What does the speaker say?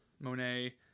Monet